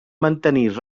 mantenir